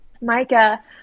Micah